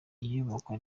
iyubakwa